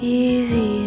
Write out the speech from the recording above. easy